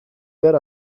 behar